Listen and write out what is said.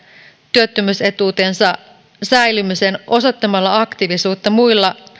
työttömyysetuutensa säilymisen osoittamalla aktiivisuutta muilla